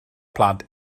plant